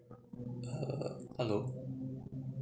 uh hello